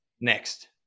next